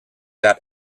that